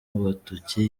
agatoki